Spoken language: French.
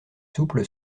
souple